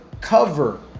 cover